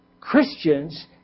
Christians